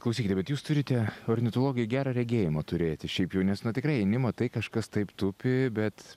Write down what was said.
klausykite bet jūs turite ornitologai gerą regėjimą turėti šiaip jau nes na tikrai eini matai kažkas taip tupi bet